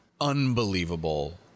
unbelievable